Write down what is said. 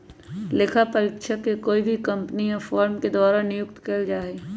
लेखा परीक्षक के कोई भी कम्पनी या फर्म के द्वारा नियुक्त कइल जा हई